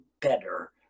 better